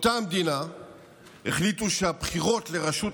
באותה המדינה החליטו שהבחירות לראשות